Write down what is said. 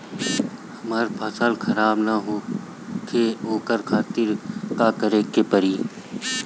हमर फसल खराब न होखे ओकरा खातिर का करे के परी?